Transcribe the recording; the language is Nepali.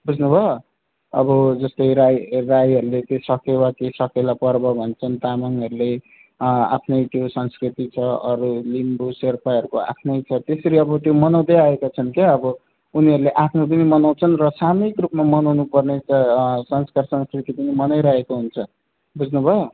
बुझ्नु भयो अब जस्तै राई राईहरूले त्यो सकेवा कि सकेला पर्व भन्छन् तामाङहरूले आफ्नै त्यो संस्कृति छ अरू लिम्बू सेर्पाहरूको आफ्नै छ त्यसरी अब त्यो मनाउदै आएका छन् क्या अब उनीहरूले आफ्नो पनि मनाउछन् र सामूहिक रूपमा मनाउनु पर्ने त संस्कार संस्कृति पनि मनाइरहेका हुन्छ बुझ्नु भयो